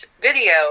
video